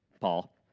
Paul